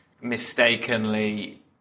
mistakenly